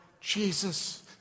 Jesus